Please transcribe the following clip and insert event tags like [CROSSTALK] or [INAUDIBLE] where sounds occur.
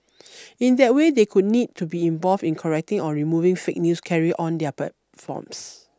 [NOISE] in that way they could need to be involved in correcting or removing fake news carried on their platforms